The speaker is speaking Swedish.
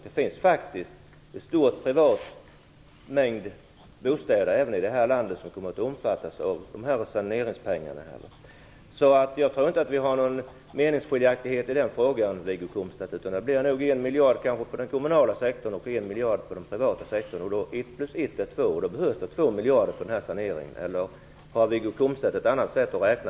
Det finns faktiskt en stor mängd privata bostäder här i landet som kommer att omfattas av de här saneringspengarna. Jag tror alltså inte att vi har olika uppfattningar i den frågan, Wiggo Komstedt. Det blir nog 1 miljard på den kommunala sektorn, och 1 miljard på den privata sektorn. Ett plus ett är två; alltså behövs det 2 miljarder för den här saneringen. Eller har Wiggo Komstedt ett annat sätt att räkna?